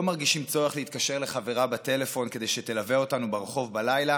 לא מרגישים צורך להתקשר לחברה בטלפון כדי שתלווה אותנו ברחוב בלילה,